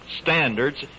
standards